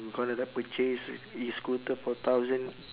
got to like purchase e-scooter for thousand